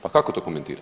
Pa kako to komentirate?